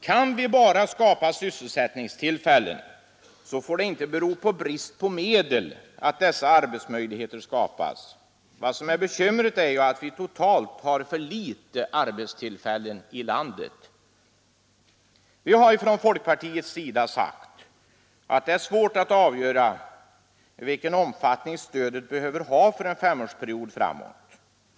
Kan vi bara skapa sysselsättningstillfällen, så får det inte bero på brist på medel att dessa arbetsmöjligheter inte skapas. Vad som är bekymret är ju att vi totalt har för litet arbetstillfällen i landet. Vi har från folkpartiets sida sagt att det är svårt att avgöra vilken omfattning stödet behöver ha för en femårsperiod framåt.